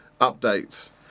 updates